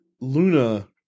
Luna